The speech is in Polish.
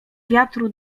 wiatru